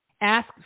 Ask